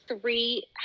three